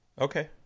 Okay